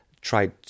tried